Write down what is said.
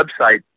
website